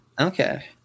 okay